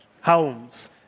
homes